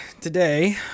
today